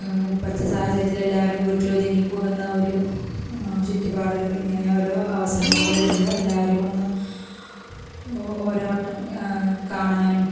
ഇപ്പോഴത്തെ സാഹചര്യത്തിലെല്ലാവരും വീട്ടിൽ ഒതുങ്ങി കൂടുന്ന ഒരു ചുറ്റുപാട് ഇങ്ങനെ ഓരോ അവസരങ്ങൾ വരുമ്പോൾ എല്ലാവരും ഒന്ന് ഓരോ വട്ടം കാണാനും